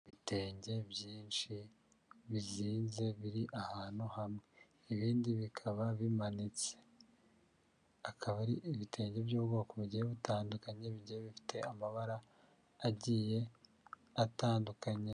Ibitenge byinshi bizinze biri ahantu hamwe, ibindi bikaba bimanitse, akaba ari ibitenge by'ubwoko bugiye butandukanye bigiye bifite amabara agiye atandukanye.